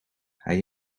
hij